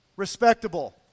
respectable